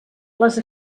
les